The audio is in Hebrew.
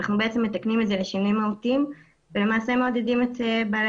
אנחנו בעצם מתקנים את זה לשינויים מהותיים ולמעשה מעודדים את בעלי